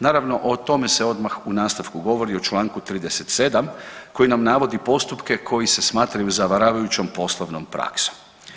Naravno o tome se odmah u nastavku govori u čl. 37. koji nam navodi postupke koji se smatraju zavaravajućom poslovnom praksom.